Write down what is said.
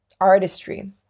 artistry